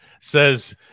says